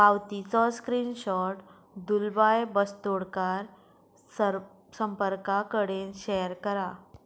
पावतीचो screenshot दुलबाय बस्तोडकार sir संपर्का कडेन शॅर करा